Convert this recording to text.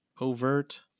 overt